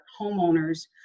homeowners